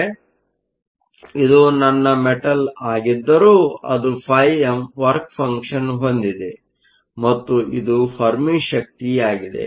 ಆದ್ದರಿಂದ ಇದು ನನ್ನ ಮೆಟಲ್ ಆಗಿದ್ದರು ಅದು φm ವರ್ಕ ಫಂಕ್ಷನ್Work function ಹೊಂದಿದೆ ಮತ್ತು ಇದು ಫೆರ್ಮಿ ಶಕ್ತಿಯಾಗಿದೆ